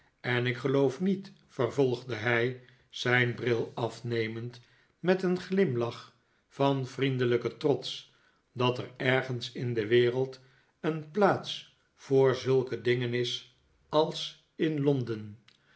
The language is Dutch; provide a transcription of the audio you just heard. en ik geloof niet vervolgde hij zijn bril afnemend met een glimlach van vriendelijken trots dat er ergens in de wereld een plaats voor zulke dingen is als londen